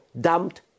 dumped